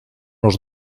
los